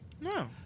No